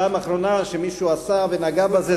הפעם האחרונה שמישהו עשה ונגע בזה,